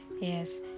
Yes